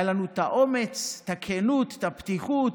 היה לנו האומץ, הכנות, הפתיחות,